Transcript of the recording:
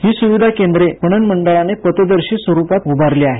ही सुविधा केंद्रे पणन मंडळाने पथदर्शी स्वरूपात उभारली आहेत